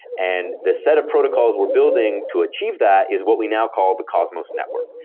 and the set of protocols we're building to achieve that is what we now call the cosmos network.